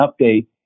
update